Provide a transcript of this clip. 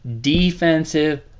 Defensive